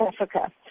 Africa